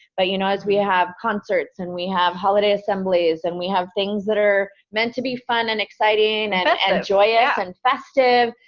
but you know, as we have concerts and we have holiday assemblies, and we have things that are meant to be fun and exciting, and and enjoy it ah and festive,